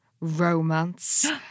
romance